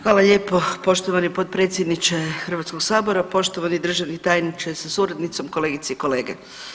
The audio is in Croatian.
Hvala lijepo poštovani potpredsjedniče Hrvatskog sabora, poštovani državni tajniče sa suradnicom, kolegice i kolege.